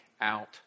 out